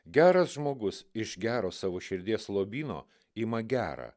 geras žmogus iš gero savo širdies lobyno ima gera